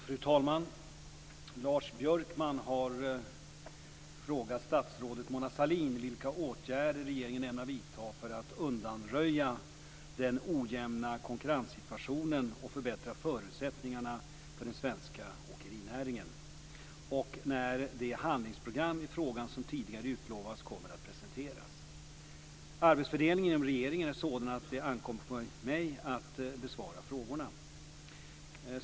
Fru talman! Lars Björkman har frågat statsrådet Mona Sahlin vilka åtgärder regeringen ämnar vidta för att undanröja den ojämna konkurrenssituationen och förbättra förutsättningarna för den svenska åkerinäringen och när det handlingsprogram i frågan som tidigare utlovats kommer att presenteras. Arbetsfördelningen inom regeringen är sådan att det ankommer på mig att besvara frågorna.